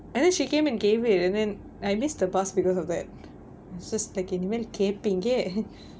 and then she came and gave it and then I missed the bus because of that she's just like இனி மேல் கேப்பீங்க:ini mel keppeenga